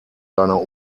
seiner